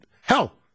Hell